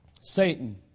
Satan